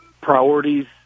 priorities